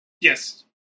Yes